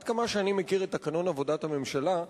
עד כמה שאני מכיר את תקנון עבודת הממשלה,